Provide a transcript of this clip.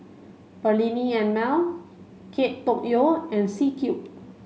Perllini and Mel Kate Tokyo and C Cube